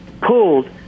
pulled